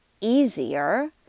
easier